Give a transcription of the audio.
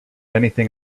anything